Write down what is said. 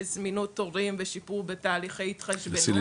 זמינות תורים ושיפור בתהליכי התחשבנות.